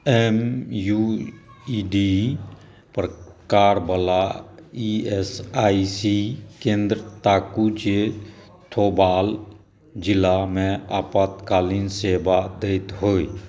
M E U D प्रकारवला E S I C केन्द्र ताकू जे थौबाल जिलामे आपातकलीन सेवा दैत हो